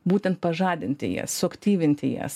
būtent pažadinti jas suaktyvinti jas